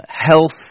health